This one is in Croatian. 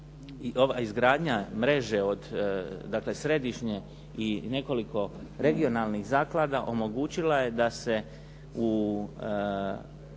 ova izgradnja mreže od dakle središnje i nekoliko regionalnih zaklada omogućila je da se u